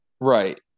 Right